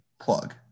plug